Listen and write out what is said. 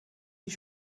die